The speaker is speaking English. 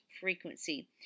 frequency